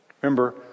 Remember